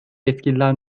yetkililer